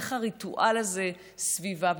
איך הריטואל הזה סביבה?